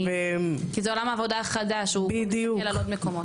כי זה עולם העבודה החדש, הוא מסתכל על עוד מקומות.